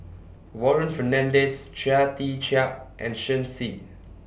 Warren Fernandez Chia Tee Chiak and Shen Xi